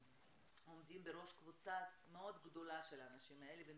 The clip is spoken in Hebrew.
שעומדים בראש קבוצה מאוד גדולה של האנשים האלה והם